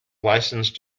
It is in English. licence